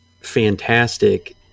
fantastic